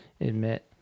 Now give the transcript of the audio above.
admit